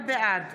בעד